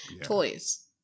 Toys